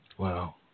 Wow